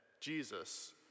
Jesus